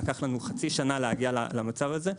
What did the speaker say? לקח לנו חצי שנה להגיע למצב הזה,